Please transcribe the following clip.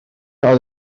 oedd